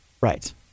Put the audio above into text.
Right